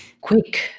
quick